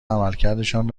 عملکردشان